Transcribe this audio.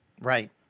Right